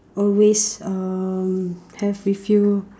always um have with you